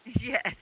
Yes